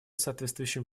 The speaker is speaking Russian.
соответствующими